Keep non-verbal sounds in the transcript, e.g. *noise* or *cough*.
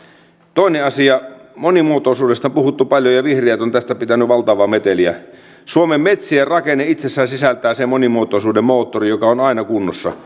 toinen asia monimuotoisuudesta on puhuttu paljon ja vihreät on tästä pitänyt valtavaa meteliä suomen metsien rakenne itsessään sisältää sen monimuotoisuuden moottorin joka on aina kunnossa *unintelligible*